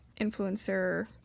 influencer